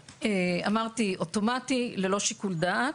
אמרתי אוטומטי ללא שיקול דעת.